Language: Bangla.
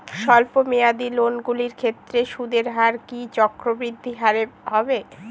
স্বল্প মেয়াদী লোনগুলির ক্ষেত্রে সুদের হার কি চক্রবৃদ্ধি হারে হবে?